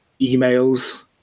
emails